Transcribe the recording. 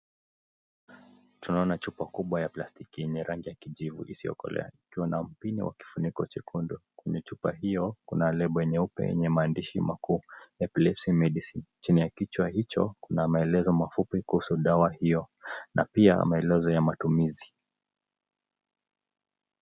Tunaona chupa kubwa ya plastiki yenye rangi ya kijivu isiokolea ikiwa na mpini wa kifuniko chekundu. Kwenye chupa hio kuna lebo nyeupe yenye maandishi makuu epilepsy medicine . Chini ya kichwa hicho kuna maelezo mafupi kuhusu dawa hio na pia maelezo ya matumizi.